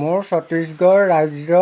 মোৰ ছত্তিশগড় ৰাজ্য